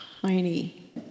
tiny